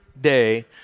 day